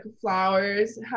Flowers